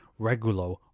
Regulo